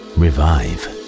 revive